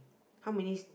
how many